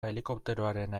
helikopteroarena